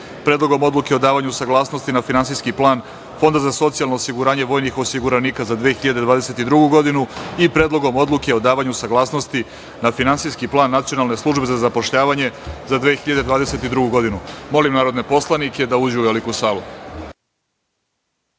Predlogom odluke o davanju saglasnosti na Finansijski plan Fonda za socijalno osiguranje vojnih osiguranika za 2022. godinu i Predlogom odluke o davanju saglasnosti na Finansijski plan Nacionalne službe za zapošljavanje za 2022. godinu. Molim narodne poslanike da uđu u Veliku salu.